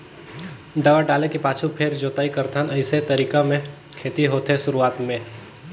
दवा डाले के पाछू फेर जोताई करथन अइसे तरीका के खेती होथे शुरूआत में